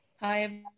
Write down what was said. Hi